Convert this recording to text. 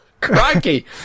Crikey